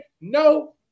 no